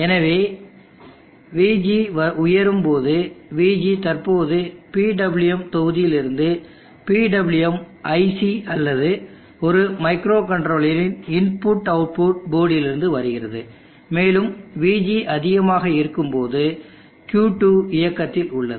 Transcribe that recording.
எனவே Vg உயரும்போது Vg தற்போது PWM தொகுதியில் இருந்து PWM IC அல்லது ஒரு மைக்ரோகண்ட்ரோலரின் IO போர்ட்டிலிருந்து வருகிறது மேலும் Vg அதிகமாக இருக்கும்போது Q2 இயக்கத்தில் உள்ளது